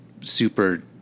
super